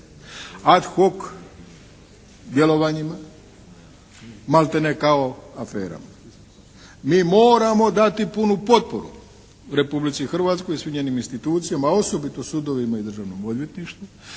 "ad hoc" djelovanjima maltene kao aferama. Mi moramo dati punu potporu Republici Hrvatskoj i svim njenim institucijama a osobito sudovima i Državnom odvjetništvu